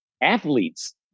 athletes